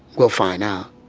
we'll find out.